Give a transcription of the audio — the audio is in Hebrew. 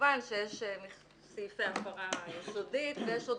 כמובן שיש סעיפי הפרה יסודית ויש עוד